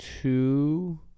two